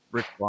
Rick